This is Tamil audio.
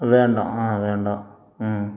வேண்டாம் ஆ வேண்டாம் ம்